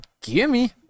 Gimme